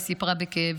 וסיפרה בכאב: